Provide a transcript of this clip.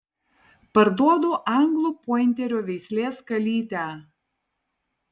parduodu anglų pointerio veislės kalytę